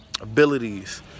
abilities